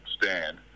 stand